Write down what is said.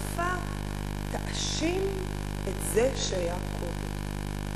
היה כתוב במעטפה: תאשים את זה שהיה קודם.